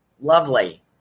Lovely